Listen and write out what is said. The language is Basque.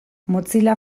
mozilla